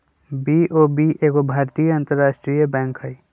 BOB एगो भारतीय अंतरराष्ट्रीय बैंक हइ